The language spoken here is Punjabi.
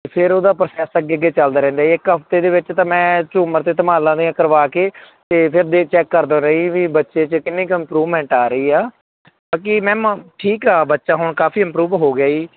ਅਤੇ ਫਿਰ ਉਹਦਾ ਪ੍ਰੋਸੈਸ ਅੱਗੇ ਅੱਗੇ ਚੱਲਦਾ ਰਹਿੰਦਾ ਇੱਕ ਹਫ਼ਤੇ ਦੇ ਵਿੱਚ ਤਾਂ ਮੈਂ ਝੂਮਰ ਅਤੇ ਧਮਾਲਾਂ ਦੀਆਂ ਕਰਵਾ ਕੇ ਅਤੇ ਫਿਰ ਜੇ ਚੈੱਕ ਕਰਦਾ ਰਹੀ ਵੀ ਬੱਚੇ 'ਚ ਕਿੰਨੀ ਕੁ ਇੰਪਰੂਵਮੈਂਟ ਆ ਰਹੀ ਆ ਮਤਲਬ ਕਿ ਮੈਮ ਠੀਕ ਆ ਬੱਚਾ ਹੁਣ ਕਾਫ਼ੀ ਇੰਪਰੂਵ ਹੋ ਗਿਆ ਜੀ